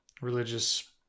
Religious